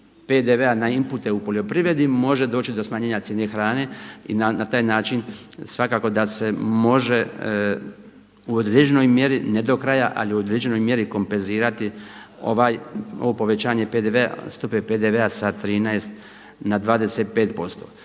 PDV-a na impute u poljoprivredi može doći do smanjenja cijene hrane i na taj način svakako da se može u određenoj mjeri, ne do kraja, ali u određenoj mjeri kompenzirati ovo povećanje stope PDV-a sa 13 na 25%.